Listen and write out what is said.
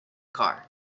car